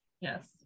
Yes